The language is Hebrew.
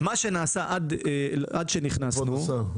מה שנעשה עד שנכנסנו --- כבוד השר,